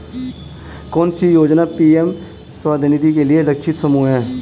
कौन सी योजना पी.एम स्वानिधि के लिए लक्षित समूह है?